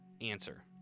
answer